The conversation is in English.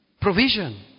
Provision